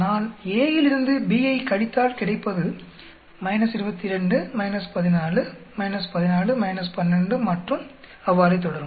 நான் A யிலிருந்து B யைக் கழித்தால் கிடைப்பது 22 14 14 - 12 மற்றும் அவ்வாறே தொடரும்